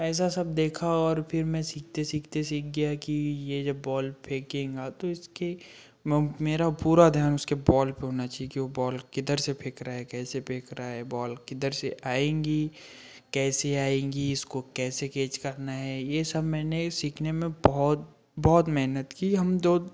ऐसा सब देखा और फिर मैं सीखते सीखते सीख गया कि यह जब बॉल फेंकेगा तो इसके मब मेरा पूरा ध्यान उसके बॉल पर होना चाहिए कि वह बॉल किधर से फेंक रहा है कैसे फेंक रहा है बॉल किधर से आएँगी कैसे आएँगी इसको कैसे केच करना है यह सब मैंने सीखने में बहुत बहुत मेहनत की हम दो